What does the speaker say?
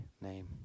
name